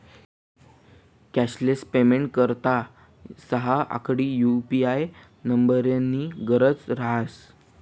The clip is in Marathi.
कॅशलेस पेमेंटना करता सहा आकडी यु.पी.आय नम्बरनी गरज रहास